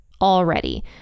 already